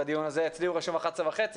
והדיון הזה אצלי רשום ב-11:30,